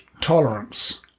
tolerance